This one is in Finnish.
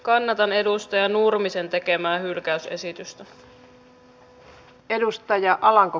kannatan edustaja nurmisen tekemää hylkäysesitystä